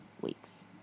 weeks